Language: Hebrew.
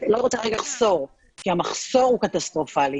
--- המחסור הוא קטסטרופלי.